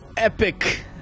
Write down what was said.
Epic